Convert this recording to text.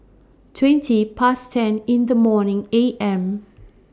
twenty Past ten in The morning A M